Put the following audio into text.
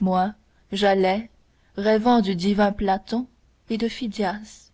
moi j'allais rêvant du divin platon et de phidias